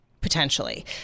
potentially